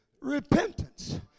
repentance